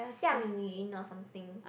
xiang yun or something